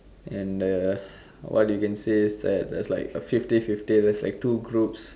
and the what you can say is that there's like a fifty fifty just like two groups